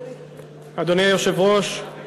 אדוני היושב-ראש,